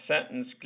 sentence